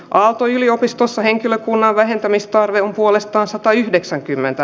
aalto yliopistossa henkilökunnan vähentämistarve on puolestaan satayhdeksänkymmentä